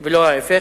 ולא ההיפך,